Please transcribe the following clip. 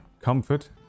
Comfort